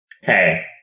Hey